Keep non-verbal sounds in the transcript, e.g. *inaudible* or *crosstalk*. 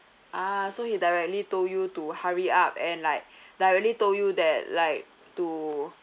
ah so he directly told you to hurry up and like *breath* directly told you that like to